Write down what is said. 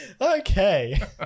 Okay